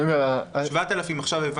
7,000 עכשיו?